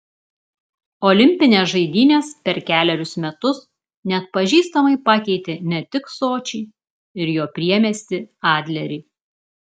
olimpinės žaidynės per kelerius metus neatpažįstamai pakeitė ne tik sočį ir jo priemiestį adlerį